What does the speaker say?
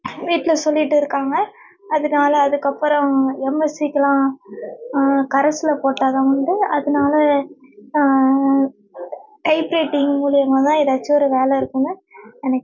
வீட்டில் சொல்லிட்டு இருக்காங்க அதனால அதுக்கப்புறம் எம்எஸ்சிக்கெலாம் கரஸ்ல போட்டால் தான் உண்டு அதனால டைப்ரைட்டிங் மூலயமாதான் ஏதாச்சும் ஒரு வேலை இருக்கும்னு நினைக்கிறேன்